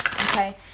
Okay